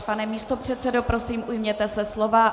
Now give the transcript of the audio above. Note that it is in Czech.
Pane místopředsedo, prosím, ujměte se slova.